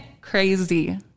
crazy